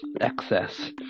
excess